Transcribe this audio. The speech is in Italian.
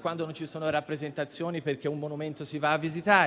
quando non ci sono rappresentazioni (perché un monumento si va a visitare),